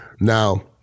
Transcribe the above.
Now